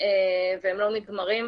והם לא נגמרים.